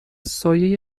سایه